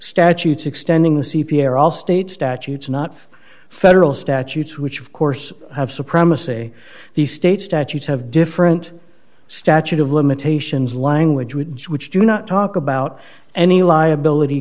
statutes extending the c p s are all state statutes not federal statutes which of course have supremacy the state statutes have different statute of limitations language with which do not talk about any liability